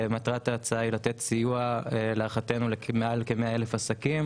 מטרת ההצעה היא לתת סיוע להערכתנו למעל 100,000 עסקים